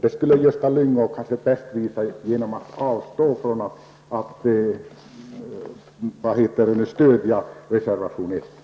Det skulle Gösta Lyngå kanske bäst visa genom att avstå från att stödja reservation 1.